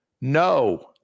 No